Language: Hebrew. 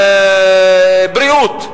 בריאות.